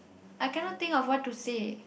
I cannot think of what to say